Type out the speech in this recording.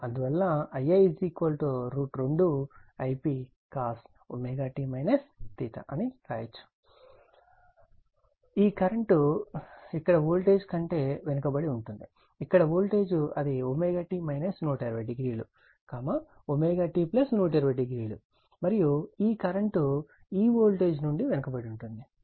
అందువల్ల ia 2 Ip cost అని రాయవచ్చు ఈ కరెంట్ ఇక్కడ వోల్టేజ్ కంటే వెనుకబడి ఉంటుంది ఇక్కడ వోల్టేజ్ అది t 120 o t 120 o మరియు కరెంట్ ఈ వోల్టేజ్ నుండి వెనుకబడి ఉంటుంది